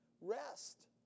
rest